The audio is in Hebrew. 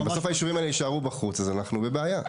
אם בסוף היישובים האלה יישארו בחוץ אז אנחנו בבעיה.